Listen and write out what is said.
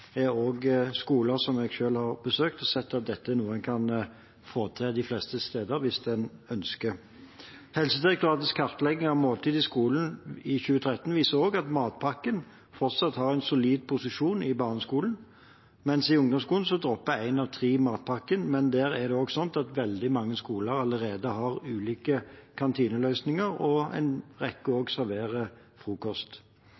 er også skoler som jeg selv har besøkt og sett at dette er noe en kan få til de fleste steder hvis en ønsker. Helsedirektoratets kartlegging av måltid i skolen i 2013 viser at matpakken fortsatt har en solid posisjon i barneskolen, mens én av tre dropper matpakken i ungdomsskolen. Men der er det også slik at veldig mange skoler allerede har ulike kantineløsninger, og en rekke